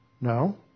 No